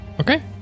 Okay